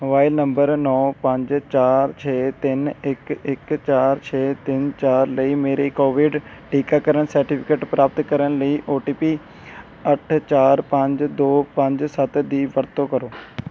mobile number ਨੌ ਪੰਜ ਚਾਰ ਛੇ ਤਿੰਨ ਇੱਕ ਇੱਕ ਚਾਰ ਛੇ ਤਿੰਨ ਚਾਰ ਲਈ ਮੇਰੇ ਕੋਵਿਡ ਟੀਕਾਕਰਨ ਸਰਟੀਫਿਕੇਟ ਪ੍ਰਾਪਤ ਕਰਨ ਲਈ ਓ ਟੀ ਪੀ ਅੱਠ ਚਾਰ ਪੰਜ ਦੋ ਪੰਜ ਸੱਤ ਦੀ ਵਰਤੋਂ ਕਰੋ